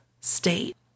state